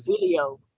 video